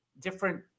different